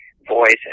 voice